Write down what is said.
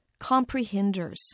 comprehenders